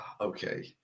okay